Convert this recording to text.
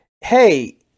hey